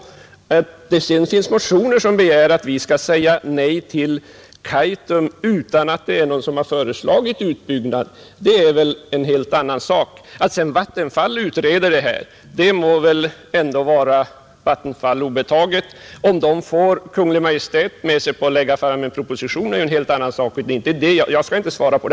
Att det sedan i vissa motioner begärs att vi skall säga nej till Kaitum utan att någon har föreslagit en sådan utbyggnad är väl en helt annan sak. Om vattenfallsstyrelsen utreder frågan må det väl ändå vara den obetaget, men om den sedan får Kungl. Maj:t med på att lägga fram en proposition är en fråga som jag inte nu kan svara på.